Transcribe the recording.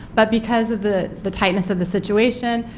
but because of the the tightness of the situation,